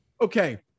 Okay